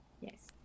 Yes